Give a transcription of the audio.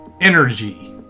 Energy